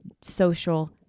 social